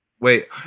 wait